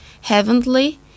heavenly